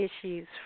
issues